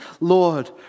Lord